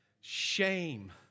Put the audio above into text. shame